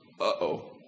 uh-oh